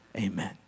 Amen